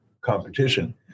competition